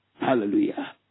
Hallelujah